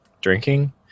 drinking